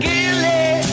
Gilly